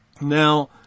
Now